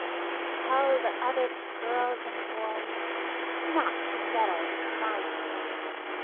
and tell the other girls and boys not to meddle with my toys.